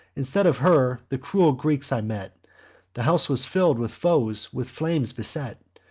instead of her, the cruel greeks i met the house was fill'd with foes, with flames beset.